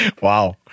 Wow